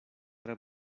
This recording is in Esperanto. tre